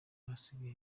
asigaye